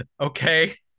Okay